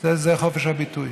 זה חופש הביטוי,